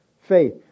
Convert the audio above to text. faith